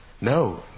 No